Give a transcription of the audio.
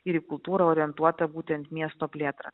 ir į kultūrą orientuotą būtent miesto plėtrą